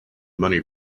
money